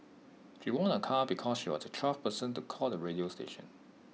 she won A car because she was the twelfth person to call the radio station